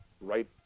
right